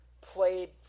played